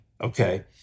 Okay